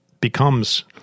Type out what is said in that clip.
becomes